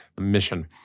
mission